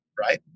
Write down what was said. right